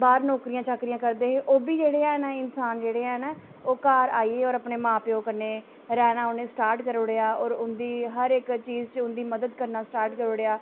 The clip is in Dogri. बाह्र नौकरियां चाकरियां करदे हे ओह् बी जेह्ड़े हैन इंसान जेह्ड़े हैन ओह् घार आई गे होर अपने मां प्यो कन्नै रैह्ना उ'नें स्टार्ट करी ओड़ेआ होर उं'दी हर इक चीज च उं'दी मदद करना स्टार्ट करी ओड़ेआ